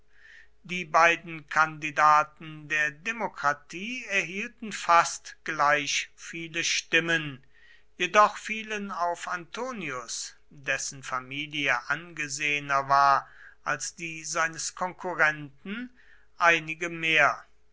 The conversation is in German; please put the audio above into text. die beiden kandidaten der demokratie erhielten fast gleich viele stimmen jedoch fielen auf antonius dessen familie angesehener war als die seines konkurrenten einige mehr